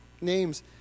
Names